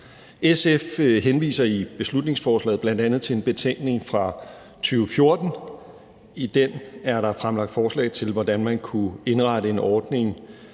SF henviser i beslutningsforslaget bl.a. til en betænkning fra 2014, hvor der er fremlagt forslag til, hvordan man kunne indrette en ordning